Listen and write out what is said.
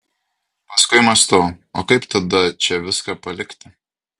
paskui mąstau o kaip tada čia viską palikti